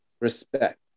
respect